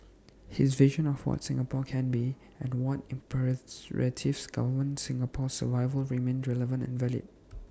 his vision of what Singapore can be and what imperatives govern Singapore's survival remain relevant and valid